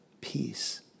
peace